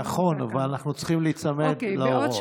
נכון, אבל אנחנו צריכים להיצמד להוראות.